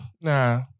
nah